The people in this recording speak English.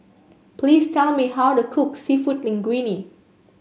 please tell me how to cook seafood Linguine